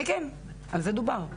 כן, על זה דובר.